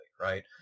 right